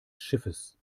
schiffes